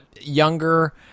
Younger